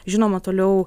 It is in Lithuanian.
žinoma toliau